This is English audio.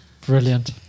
Brilliant